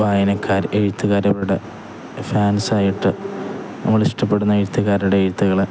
വായനക്കാര് എഴുത്തുകാരവരുടെ ഫാൻസായിട്ടു നമ്മളിഷ്ടപ്പെടുന്ന എഴുത്തുകാരുടെ എഴുത്തുകള്